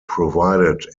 provided